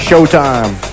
Showtime